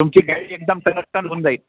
तुमची गाडी एकदम टनाटन होऊन जाईल